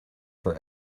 for